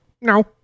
No